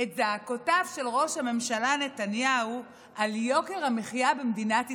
את זעקותיו של ראש הממשלה נתניהו על יוקר המחיה במדינת ישראל.